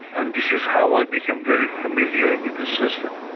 and this is how i became very familiar with the system.